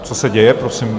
Co se děje, prosím?